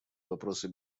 вопросы